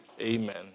Amen